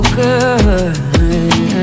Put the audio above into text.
good